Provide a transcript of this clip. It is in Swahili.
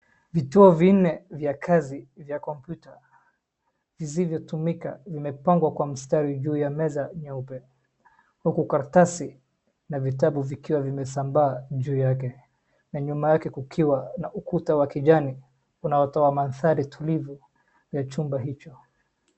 Vituo vinne vya kazi vya kompyuta isivyotumikwa imepangwa kwa mstari juu ya meza nyeupe, uku karatasi na vitabu vikiwa vimesambaa juu yake na nyuma yake kukiwa na ukuta wa kijani unaotoa mandhari tulivu ya chumba hicho.